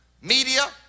media